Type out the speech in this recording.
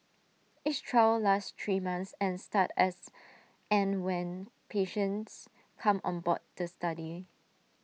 each trial lasts three months and start as and when patients come on board the study